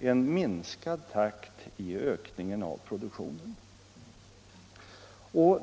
en minskad takt i ökningen av produktionen.